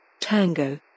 Tango